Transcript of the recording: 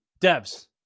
devs